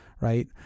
right